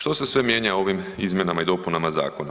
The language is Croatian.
Što se sve mijenja vim izmjenama i dopunama zakona?